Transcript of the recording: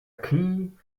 key